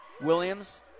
Williams